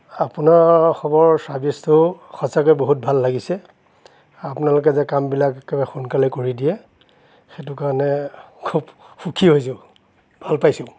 আপোনাৰ খবৰ চাৰ্ভিচটো সচাঁকৈ বহুত ভাল লাগিছে আৰু আপোনালোকে যে কামবিলাক একেবাৰে সোনকালে কৰি দিয়ে সেইটো কাৰণে খুব সুখী হৈছোঁ ভাল পাইছোঁ